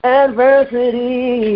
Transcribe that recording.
adversity